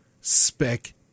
spec